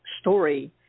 story